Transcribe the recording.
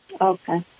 Okay